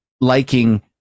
liking